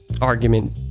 argument